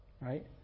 right